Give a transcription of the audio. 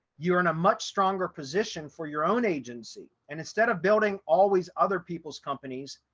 you are in a much stronger position for your own agency. and instead of building always other people's companies,